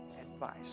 advice